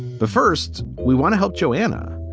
but first, we want to help joanna.